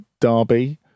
derby